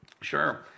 Sure